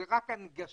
זאת רק הנגשה.